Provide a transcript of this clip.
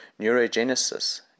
neurogenesis